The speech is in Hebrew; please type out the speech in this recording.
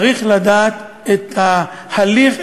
צריך לדעת את ההליך,